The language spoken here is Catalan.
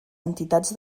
entitats